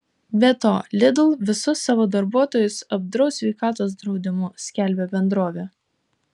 be to lidl visus savo darbuotojus apdraus sveikatos draudimu skelbia bendrovė